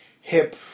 hip